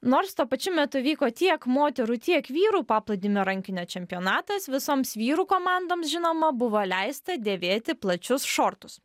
nors tuo pačiu metu vyko tiek moterų tiek vyrų paplūdimio rankinio čempionatas visoms vyrų komandoms žinoma buvo leista dėvėti plačius šortus